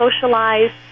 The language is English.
socialized